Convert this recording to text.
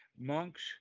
monks